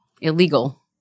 illegal